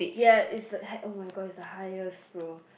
ya is the high oh my god is the highest bro